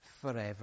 forever